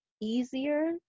easier